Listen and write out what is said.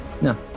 no